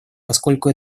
поскольку